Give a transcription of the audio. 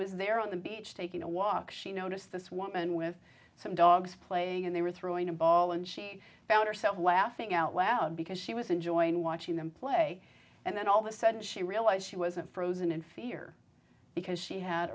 was there on the beach taking a walk she noticed this woman with some dogs playing and they were throwing a ball and she found herself laughing out loud because she was enjoying watching them play and then all the sudden she realized she wasn't frozen in fear because she had